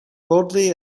boldly